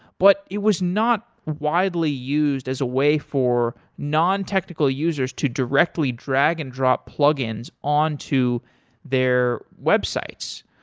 but it was not widely used as a way for non-technical users to directly drag-and-drop plug-ins on to their websites.